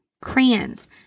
crayons